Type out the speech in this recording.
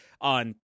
on